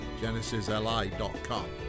genesisli.com